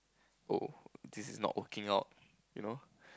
oh this is not working out you know